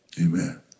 Amen